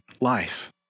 life